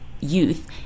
youth